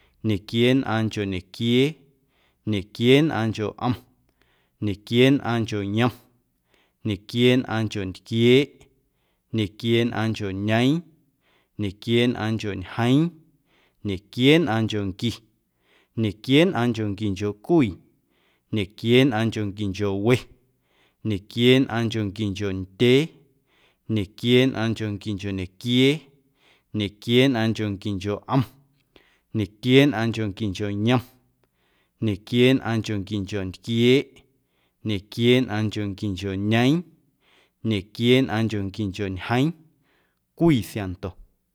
Ñequieenꞌaaⁿncho ñequiee, ñequieenꞌaaⁿncho ꞌom, ñequieenꞌaaⁿncho yom, ñequieenꞌaaⁿncho ntquieeꞌ, ñequieenꞌaaⁿncho ñeeⁿ, ñequieenꞌaaⁿncho ñjeeⁿ, ñequieenꞌaaⁿnchonqui, ñequieenꞌaaⁿnchonquincho cwii, ñequieenꞌaaⁿnchonquincho we, ñequieenꞌaaⁿnchonquincho ndyee, ñequieenꞌaaⁿnchonquincho ñequiee, ñequieenꞌaaⁿnchonquincho ꞌom, ñequieenꞌaaⁿnchonquincho yom, ñequieenꞌaaⁿnchonquincho ntquieeꞌ, ñequieenꞌaaⁿnchonquincho ñeeⁿ, ñequieenꞌaaⁿnchonquincho ñjeeⁿ, cwii siaⁿnto.